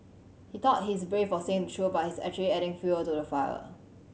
he thought he's brave for saying the truth but he's actually just adding fuel to the fire